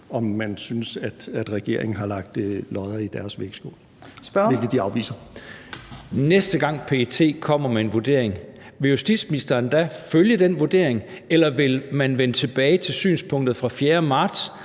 (Trine Torp): Spørgeren. Kl. 15:36 Kristian Thulesen Dahl (DF): Næste gang PET kommer med en vurdering, vil justitsministeren da følge den vurdering, eller vil man vende tilbage til synspunktet fra 4. marts,